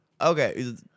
Okay